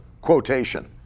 quotation